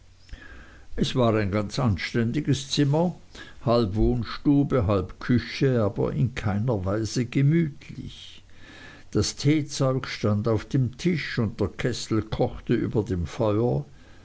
es war ein ganz anständiges zimmer halb wohnstube halb küche aber in keiner hinsicht gemütlich das teezeug stand auf dem tisch und der kessel kochte über dem feuer